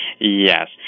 Yes